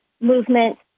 movement